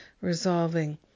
resolving